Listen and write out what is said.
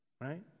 right